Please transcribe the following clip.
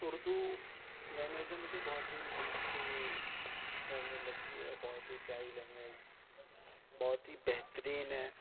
Urdu language نا مجھے بہت ہی میٹھی لینگویج لگتی ہے بہت ہی پیاری لینگویج بہت ہی بہترین ہے